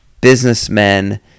businessmen